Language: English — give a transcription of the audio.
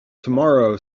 tomorrow